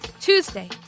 Tuesday